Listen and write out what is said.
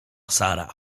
sara